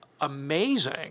amazing